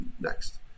next